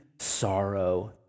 sorrow